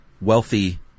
wealthy